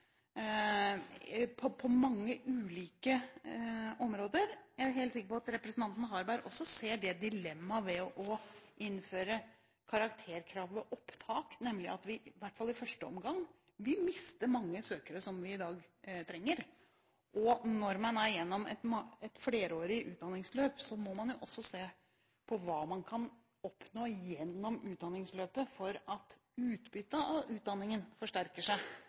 på mange ulike områder. Jeg er helt sikker på at representanten Harberg også ser dilemmaet ved å innføre karakterkrav ved opptak, nemlig at vi – i hvert fall i første omgang – vil miste mange søkere som vi i dag trenger. Og når man er igjennom et flerårig utdanningsløp, må man også se på hva man kan oppnå gjennom utdanningsløpet for at utbyttet av utdanningen forsterker seg,